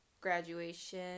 graduation